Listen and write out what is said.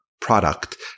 product